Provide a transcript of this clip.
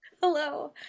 Hello